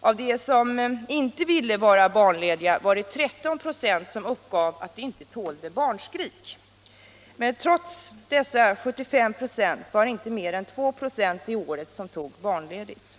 Av dem som inte ville vara barnlediga uppgav 13 96 att de inte tålde barnskrik. Men trots dessa 75 96 var det inte mer än 2 96 det året som tog barnledigt.